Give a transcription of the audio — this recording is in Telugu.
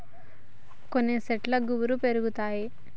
కొన్ని శెట్లు గుబురుగా పెరుగుతాయి